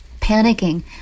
Panicking